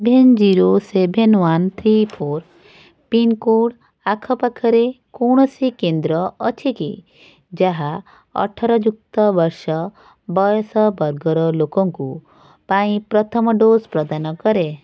seven zero seven one three four pincode ଆଖପାଖରେ କୌଣସି କେନ୍ଦ୍ର ଅଛି କି ଯାହା ଅଠର ଯୁକ୍ତ ବର୍ଷ ବୟସ ବର୍ଗର ଲୋକଙ୍କ ପାଇଁ ପ୍ରଥମ ଡୋଜ୍ ପ୍ରଦାନ କରେ